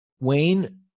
Wayne